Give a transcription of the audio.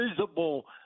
visible